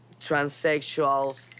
transsexual